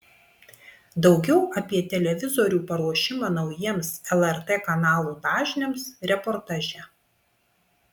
daugiau apie televizorių paruošimą naujiems lrt kanalų dažniams reportaže